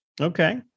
Okay